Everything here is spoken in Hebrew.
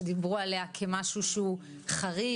שדיברו עליה כמשהו שהוא חריג,